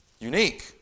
unique